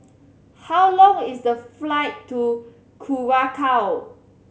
how long is the flight to Curacao